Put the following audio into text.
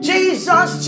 Jesus